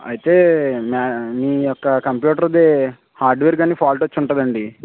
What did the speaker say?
అయితే మీ యొక్క కంప్యూటర్ది హార్డ్వేర్ కానీ ఫాల్ట్ వచ్చి ఉంటుంది అండి